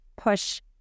push